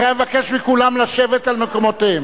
לכן אני מבקש מכולם לשבת על מקומותיהם,